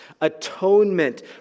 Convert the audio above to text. atonement